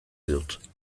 dut